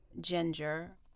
ginger